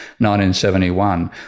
1971